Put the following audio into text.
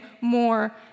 more